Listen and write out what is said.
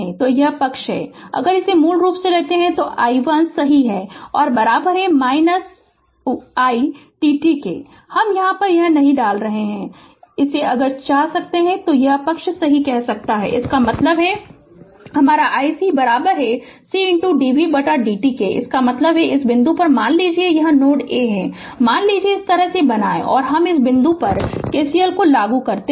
और यह पक्ष अगर इसे मूल रूप से लेता है तो i1 सही i t t हम यहां नहीं डाल रहे इसे अगर चाह सकता है और यह पक्ष सही कह सकता है इसका मतलब है my i c c d v बटा d t इसका मतलब है इस बिंदु पर मान लीजिए कि यह नोड A है मान लीजिए इस तरह बनाएं और हम इस बिंदु पर KCL लागू करते है